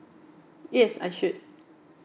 yes I should